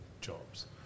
jobs